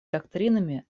доктринами